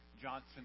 Johnson